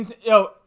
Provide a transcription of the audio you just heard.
Yo